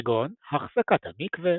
כגון החזקת המקווה,